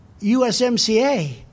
USMCA